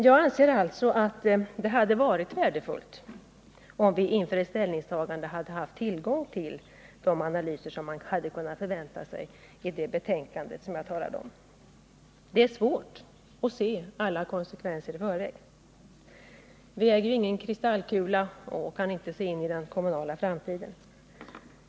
Jag tycker alltså att det hade varit värdefullt om vi inför ett ställningstagande hade haft tillgång till den analys som man hade kunnat förvänta sig i utredningens betänkandet. Det är svårt att se alla konsekvenser i förväg. Vi äger ju ingen kristallkula att titta i och kan inte se in i den kommunala framtiden.